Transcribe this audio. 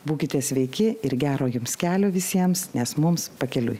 būkite sveiki ir gero jums kelio visiems nes mums pakeliui